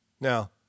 Now